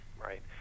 right